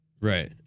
Right